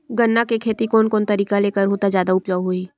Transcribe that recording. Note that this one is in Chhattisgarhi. गन्ना के खेती कोन कोन तरीका ले करहु त जादा उपजाऊ होही?